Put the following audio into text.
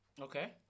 Okay